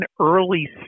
early